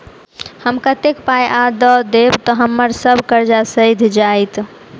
हम कतेक पाई आ दऽ देब तऽ हम्मर सब कर्जा सैध जाइत?